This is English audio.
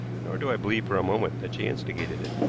nor do i believe for a moment that she instigated it.